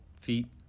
feet